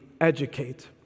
educate